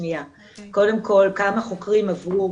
קודם כל כמה חוקרים עברו,